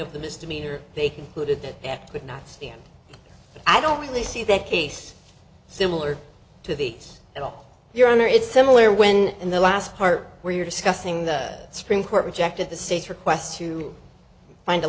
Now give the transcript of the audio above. of the misdemeanor they concluded that that would not stand i don't really see the case similar to the at all your honor it's similar when in the last part where you're discussing the supreme court rejected the state's request to find a